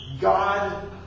God